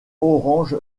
orange